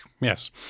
yes